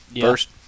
first